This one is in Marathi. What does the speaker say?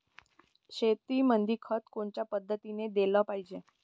शेतीमंदी खत कोनच्या पद्धतीने देलं पाहिजे?